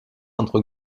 entre